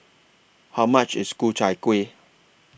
How much IS Ku Chai Kuih